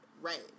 Right